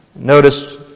Notice